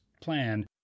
plan